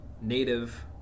native